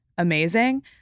Amazing